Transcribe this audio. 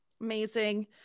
Amazing